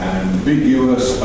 ambiguous